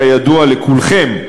כידוע לכולכם,